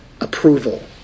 approval